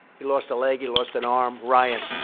he lost a leg. he lost an arm. ryan.